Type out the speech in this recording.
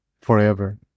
forever